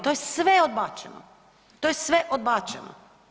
To je sve odbačeno, to je sve odbačeno.